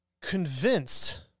convinced